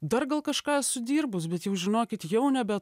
dar gal kažką esu dirbus bet jau žinokit jau nebe